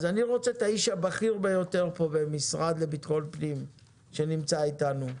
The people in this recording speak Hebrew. אני רוצה את האיש הבכיר ביותר פה במשרד לביטחון פנים שנמצא איתנו.